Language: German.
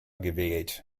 gewählt